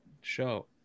show